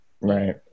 Right